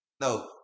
no